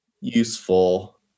Useful